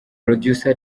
producer